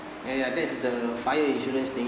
ya ya that's the fire insurance thing